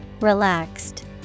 Relaxed